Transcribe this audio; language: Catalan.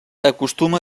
acostuma